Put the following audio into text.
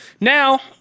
Now